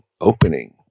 opening